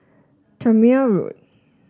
Tangmere Road